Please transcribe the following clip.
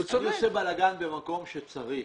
אני עושה בלגן במקום שצריך.